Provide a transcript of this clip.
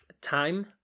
time